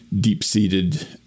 deep-seated